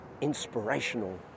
inspirational